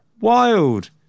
Wild